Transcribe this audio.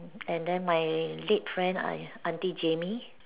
and then my late friend I auntie Jamie